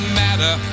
matter